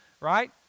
right